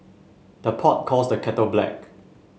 the pot calls the kettle black